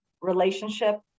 relationship